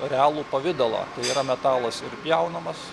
realų pavidalą tai yra metalas pjaunamas